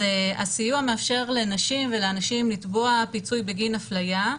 הסיוע מאפשר לנשים ולאנשים לתבוע פיצוי בגין הפליה,